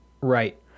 Right